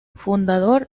fundador